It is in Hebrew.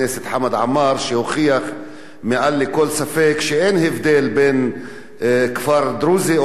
שהוכיח מעל לכל ספק שאין הבדל בין כפר דרוזי לכפר ערבי אחר,